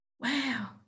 Wow